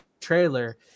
trailer